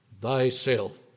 thyself